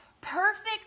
Perfect